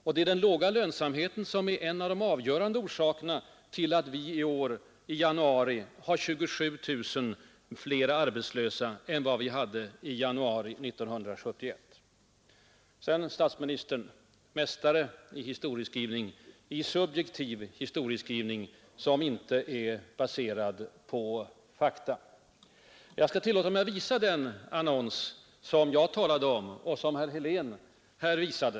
Och det är den låga lönsamheten som är en av de avgörande orsakerna till att vi i januari detta år har 27 000 fler arbetslösa än vi hade i januari 1971. Statsministern är en mästare i subjektiv historieskrivning, som inte är Får jag först här på TV-skärmen visa den annons som jag talade om och som herr Helén tidigare visade.